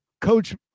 coach